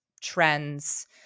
Trends